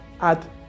add